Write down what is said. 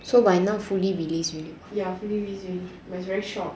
so by now fully release already but it's very short